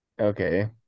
Okay